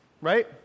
Right